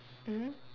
mmhmm